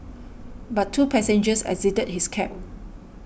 but two passengers exited his cab